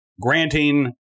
granting